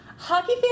Hockey